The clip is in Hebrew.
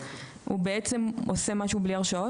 הוא בעצם עושה משהו בלי הרשאות?